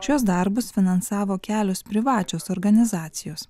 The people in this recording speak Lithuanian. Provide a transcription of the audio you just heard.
šiuos darbus finansavo kelios privačios organizacijos